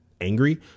angry